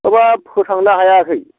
माबा फोथांनोनो हायाखै